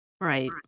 Right